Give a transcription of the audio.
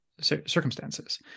circumstances